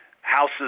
houses